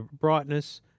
brightness